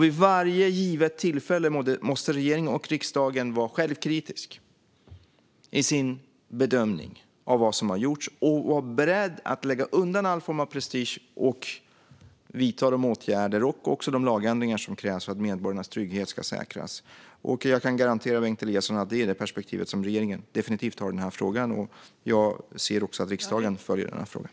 Vid varje givet tillfälle måste regeringen och riksdagen vara självkritiska i sina bedömningar av vad som har gjorts och vara beredda att lägga undan all form av prestige och vidta de åtgärder och lagändringar som krävs för att medborgarnas trygghet ska säkras. Jag kan garantera Bengt Eliasson att det definitivt är det perspektivet som regeringen har i frågan. Jag ser också att riksdagen följer frågan.